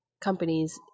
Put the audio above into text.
companies